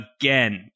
again